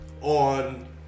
on